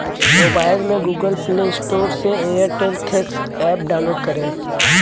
mobile में Google Play Store से Airtel Thanks app download करें